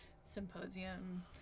symposium